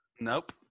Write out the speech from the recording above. Nope